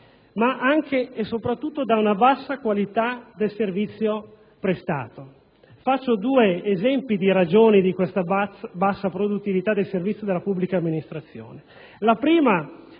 ma anche e soprattutto da una bassa qualità del servizio prestato. Cito due esempi per spiegare la bassa produttività del servizio della pubblica amministrazione. In primo